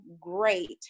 great